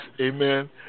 Amen